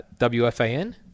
WFAN